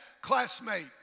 classmate